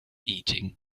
eating